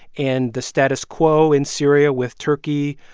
and the status quo in syria with turkey,